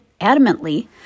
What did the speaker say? adamantly